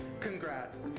Congrats